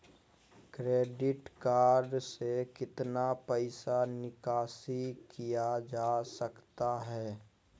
Credit card से कितना पैसा निकासी किया जा सकता है?